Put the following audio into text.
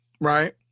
right